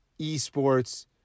esports